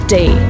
Day